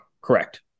Correct